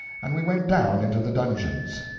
and we went down into the dungeons.